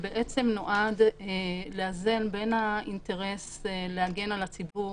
החוק נועד לאזן בין האינטרס להגן על הציבור